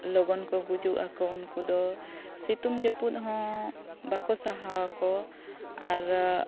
ᱞᱚᱜᱚᱱ ᱠᱚ ᱜᱩᱡᱩᱜ ᱟᱠᱚ ᱩᱱᱠᱩ ᱫᱚ ᱥᱤᱛᱩᱝ ᱡᱟᱹᱯᱩᱫ ᱦᱚᱸ ᱵᱟᱠᱚ ᱥᱟᱦᱟᱣ ᱟᱠᱚ ᱟᱨ